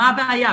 מה הבעיה?